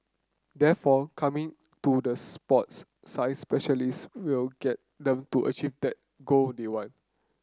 therefore coming to the sports science specialists will get them to achieve that goal they want